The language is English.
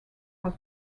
was